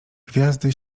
gwiazdy